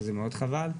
שזה מאוד חבל.